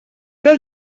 del